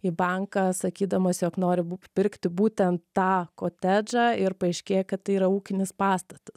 į banką sakydamas jog nori bū pirkti būtent tą kotedžą ir paaiškėja kad tai yra ūkinis pastatas